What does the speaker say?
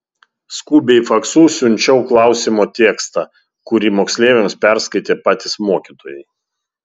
skubiai faksu siunčiau klausymo tekstą kurį moksleiviams perskaitė patys mokytojai